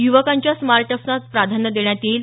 युवकांच्या स्टार्ट अप्सना प्राधान्य देण्यात येईल